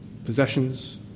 Possessions